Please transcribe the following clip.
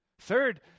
Third